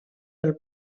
del